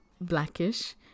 Blackish